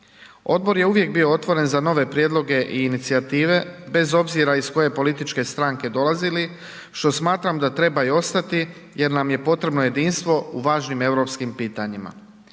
Odbor je uvijek bio otvoren za nove prijedloge i inicijative bez obzira iz koje političke stranke dolazili što smatram da treba i ostati jer nam je potrebno jedinstvo u važnim europskim pitanjima.